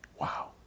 Wow